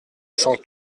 cent